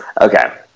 Okay